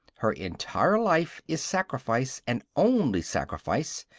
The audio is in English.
her entire life is sacrifice, and only sacrifice,